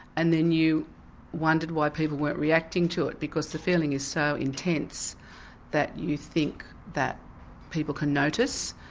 and then you wondered why people weren't reacting to it because the feeling is so intense that you think that people can notice.